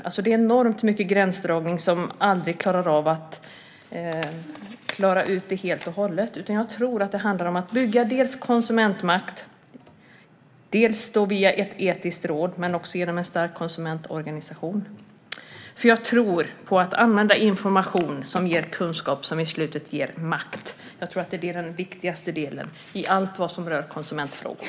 Det finns oerhört många gränsdragningsproblem som man aldrig helt och hållet kan klara av att lösa. I stället tror jag att det handlar om att bygga upp en konsumentmakt, dels via ett etiskt råd, dels genom en stark konsumentorganisation. Jag tror på möjligheten att använda information som ger kunskap som i slutändan ger makt. Det är den viktigaste delen i allt som rör konsumentfrågor.